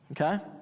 Okay